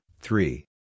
three